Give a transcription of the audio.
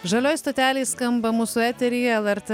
žalioj stotelėj skamba mūsų eteryje lrt